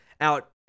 out